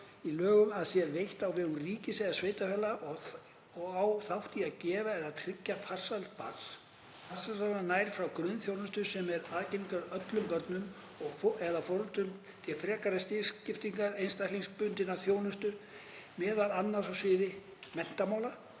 í lögum að sé veitt á vegum ríkis eða sveitarfélaga og á þátt í að efla og/eða tryggja farsæld barns. Farsældarþjónusta nær frá grunnþjónustu sem er aðgengileg öllum börnum og/eða foreldrum til frekari stigskiptrar einstaklingsbundinnar þjónustu, meðal annars á sviði menntamála,